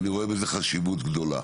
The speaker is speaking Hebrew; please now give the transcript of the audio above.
ואני רואה בזה חשיבות גדולה.